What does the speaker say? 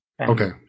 Okay